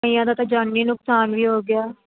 ਕਈਆ ਦਾ ਤਾਂ ਜਾਨੀ ਨੁਕਸਾਨ ਵੀ ਹੋ ਗਿਆ